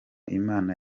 imana